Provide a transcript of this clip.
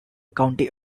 county